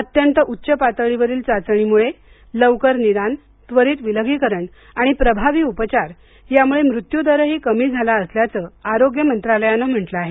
अत्यंत उच्च पातळीवरील चाचणीमुळे लवकर निदान त्वरित विलगीकरण आणि प्रभावी उपचार यामुळे मृत्यूदरही कमी झाला असल्याचं आरोग्य मंत्रालयाने म्हटले आहे